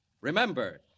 Remember